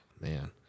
Man